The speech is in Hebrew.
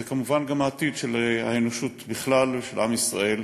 וזה כמובן גם העתיד של האנושות בכלל ושל עם ישראל,